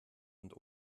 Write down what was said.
und